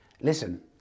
Listen